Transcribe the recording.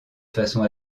façon